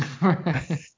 Right